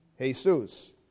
Jesus